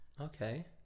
okay